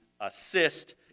assist